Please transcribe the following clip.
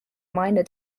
minor